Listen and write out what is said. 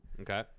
Okay